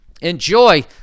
enjoy